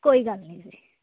ਕੋਈ ਗੱਲ ਨਹੀਂ ਜੀ